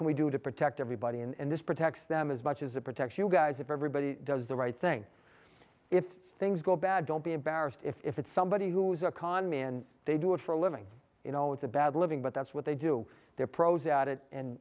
can we do to protect everybody in this protect them as much as a protection guys if everybody does the right thing if things go bad don't be embarrassed if it's somebody who's a con man they do it for a living you know it's a bad living but that's what they do they're pros at it